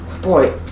Boy